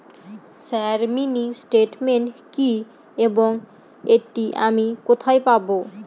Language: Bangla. স্যার মিনি স্টেটমেন্ট কি এবং এটি আমি কোথায় পাবো?